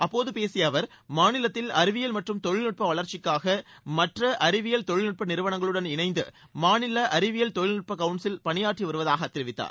அப்போது பேசிய அவர் மாநிலத்தில் அறிவியல் மற்றும் தொழில்நுட்ப வளர்ச்சிக்காக மற்ற அறிவியல் தொழில்நுட்ப நிறுவனங்களுடன் இணைந்து மாநில அறிவியல் தொழில்நுட்ப கவுன்சில் பணியாற்றி வருவதாகவும் அவர் தெரிவித்தார்